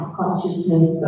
consciousness